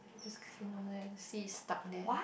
just clean all that then I see stuck there